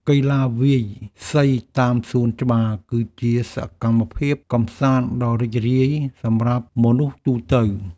កីឡាវាយសីតាមសួនច្បារ គឺជាសកម្មភាពកម្សាន្តដ៏រីករាយសម្រាប់មនុស្សទូទៅ។